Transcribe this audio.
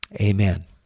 Amen